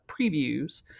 previews